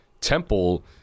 temple